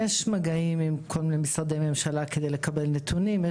יש מגעים עם כל מיני משרדי ממשלה כדי לקבל נתונים,